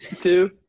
two